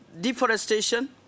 deforestation